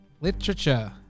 Literature